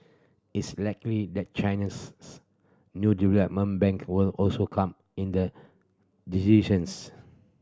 it's likely that China's new development bank will also come in the decisions